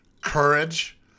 courage